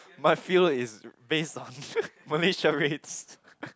my fuel is base on Malaysia rates